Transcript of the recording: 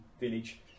village